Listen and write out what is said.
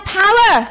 power